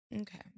Okay